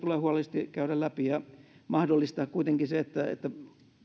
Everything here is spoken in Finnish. tulee huolellisesti kauttaaltaan käydä läpi ja mahdollistaa kuitenkin se että että